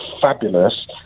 fabulous